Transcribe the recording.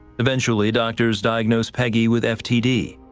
eventually doctors diagnosed peggy with ftd,